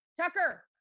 Tucker